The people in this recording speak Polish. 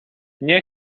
nie